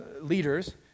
leaders